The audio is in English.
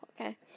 okay